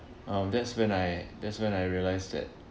um that's when I that's when I realised that